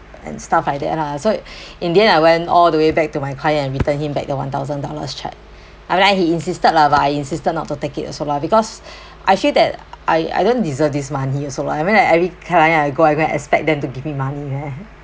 and stuff like that lah so in the end I went all the way back to my client and return him back the one thousand dollars cheque I mean I he insisted lah but I insisted not to take it also lah because actually that I I don't deserve this money also lah I mean like every client I go I never expect them to give me money meh